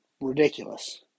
ridiculous